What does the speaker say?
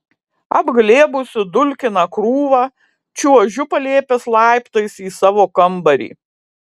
apglėbusi dulkiną krūvą čiuožiu palėpės laiptais į savo kambarį